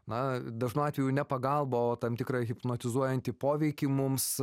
na dažnu atveju ne pagalbą o tam tikrą hipnotizuojantį poveikį mums